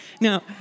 No